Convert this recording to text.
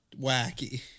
wacky